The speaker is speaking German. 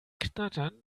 knattern